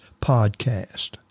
podcast